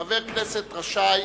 חבר הכנסת רשאי,